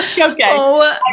Okay